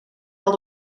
wel